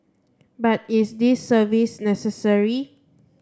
but is this service necessary